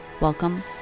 Welcome